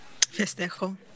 festejo